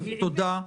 תודה.